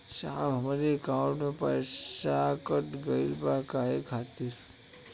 साहब हमरे एकाउंट से पैसाकट गईल बा काहे खातिर?